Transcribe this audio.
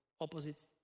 Opposite